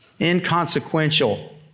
Inconsequential